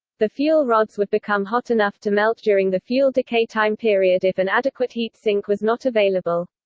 the fuel rods would become hot enough to melt during the fuel decay time period if an adequate heat sink was not available.